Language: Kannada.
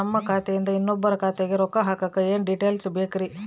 ನಮ್ಮ ಖಾತೆಯಿಂದ ಇನ್ನೊಬ್ಬರ ಖಾತೆಗೆ ರೊಕ್ಕ ಹಾಕಕ್ಕೆ ಏನೇನು ಡೇಟೇಲ್ಸ್ ಬೇಕರಿ?